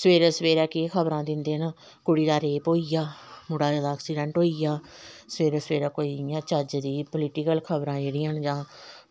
सबेरे सबेरे केह् खबरां दिंदे न कुड़ी दा रेप होई गेआ मुड़े दा ऐक्सीडैंट होई गेआ सबेरे सबेरे कोई इ'यां चज्ज दी पुलिटीकल खबरां जेह्ड़ियां न जां